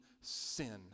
sin